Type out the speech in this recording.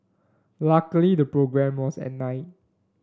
luckily the programme was at night